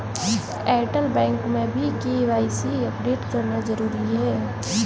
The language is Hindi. एयरटेल बैंक में भी के.वाई.सी अपडेट करना जरूरी है